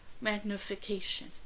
magnification